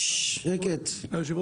היושב-ראש